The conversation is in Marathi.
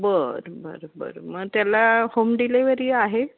बरं बरं बरं मग त्याला होम डिलेवरी आहे